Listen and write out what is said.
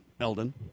Eldon